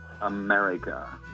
America